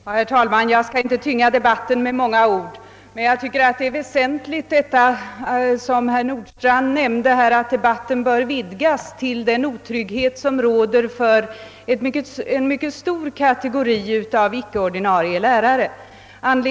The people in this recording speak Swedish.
Herr talman! Jag skall inte tynga debatten med många ord, men det är väsentligt, som herr Nordstrandh nämnde, att debatten vidgas till att omfatta den otrygghet som råder för en mycket stor kategori av icke-ordinarie lärare.